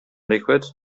liquid